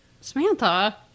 Samantha